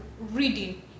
reading